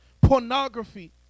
pornography